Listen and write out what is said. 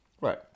right